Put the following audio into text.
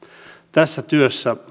tässä työssä